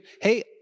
hey